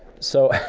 so,